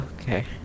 Okay